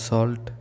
Salt